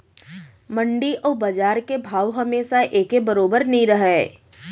मंडी अउ बजार के भाव हमेसा एके बरोबर नइ रहय